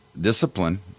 discipline